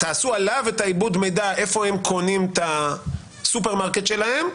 תעשו עליו את העיבוד מידע איפה הם קונים את הסופרמרקט שלהם,